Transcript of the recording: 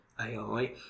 AI